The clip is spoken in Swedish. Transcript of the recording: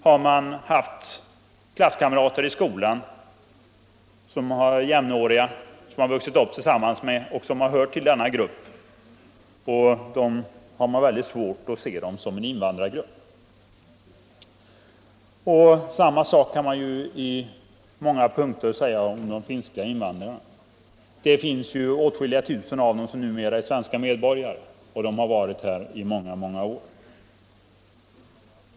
Har man haft klasskamrater i skolan som man har vuxit upp tillsammans med och som hört till denna grupp, har man väldigt svårt att se dessa människor som en invandrargrupp. Samma sak kan man i många fall säga om de finska invandrarna. Åtskilliga tusen av dem är numera svenska medborgare, och de har varit här i många många år.